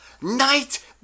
night